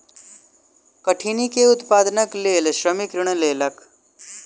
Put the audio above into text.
कठिनी के उत्पादनक लेल श्रमिक ऋण लेलक